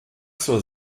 zur